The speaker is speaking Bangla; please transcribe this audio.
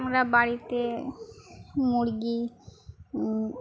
আমরা বাড়িতে মুরগি